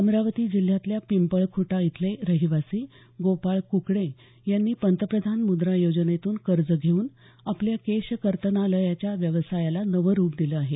अमरावती जिल्ह्यातल्या पिंपळख्टा इथले रहिवासी गोपाळ कुकडे यांनी पंतप्रधान मुद्रा योजनेतून कर्ज घेऊन आपल्या केशकर्तनालयाच्या व्यवसायाला नव रूप दिलं आहे